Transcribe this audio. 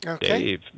Dave